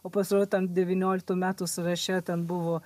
o pasirodo tam devynioliktų metų sąraše ten buvo